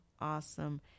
awesome